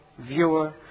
viewer